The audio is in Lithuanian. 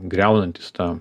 griaunantys tą